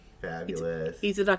Fabulous